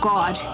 God